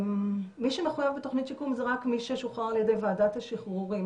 מי שמחויב בתוכנית שיקום זה רק מי ששוחרר על ידי ועדת השחרורים